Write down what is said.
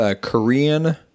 Korean